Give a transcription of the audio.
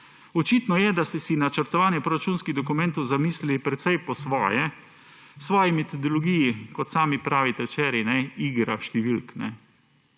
Očitno je, da ste si načrtovanje proračunskih dokumentov zamislili precej po svoje. Svoji metodologiji, kot včeraj, sami pravite igra številk.